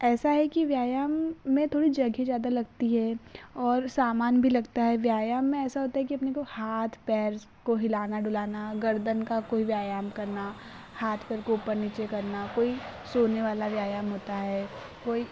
ऐसा है कि व्यायाम में थोड़ी जगह ज़्यादा लगती है और सामान भी लगता है व्यायाम में ऐसा होता है कि अपने को हाथ पैर को हिलाना डुलाना गर्दन का कोई व्यायाम करना हाथ पैर को ऊपर नीचे करना कोई सोने वाला व्यायाम होता है कोई